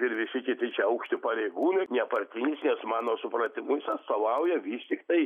ir visi kiti čia aukšti pareigūnai nepartinis nes mano supratimu jis atstovauja vis tiktai